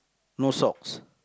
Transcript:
no socks